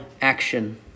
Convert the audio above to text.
action